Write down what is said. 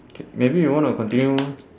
K maybe you want to continue